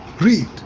Read